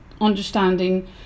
understanding